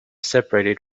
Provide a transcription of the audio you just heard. separated